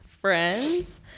friends